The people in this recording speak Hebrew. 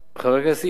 חבר הכנסת אילן,